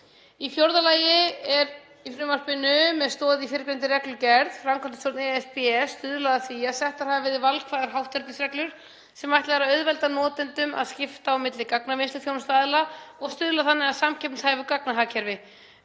Í fjórða lagi í frumvarpinu, með stoð í fyrrgreindri reglugerð, skal framkvæmdastjórn ESB stuðla að því að settar verði valkvæðar hátternisreglur sem ætlað er að auðvelda notendum að skipta á milli gagnavinnsluþjónustuaðila og stuðla þannig að samkeppnishæfu gagnahagkerfi.